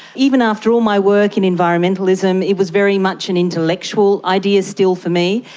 even after all my work in environmentalism, it was very much an intellectual idea still for me.